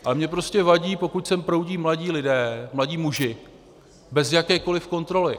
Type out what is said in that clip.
Ale mně prostě vadí, pokud sem proudí mladí lidé, mladí muži bez jakékoli kontroly.